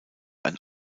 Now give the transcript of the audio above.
ein